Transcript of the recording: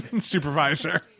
supervisor